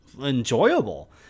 enjoyable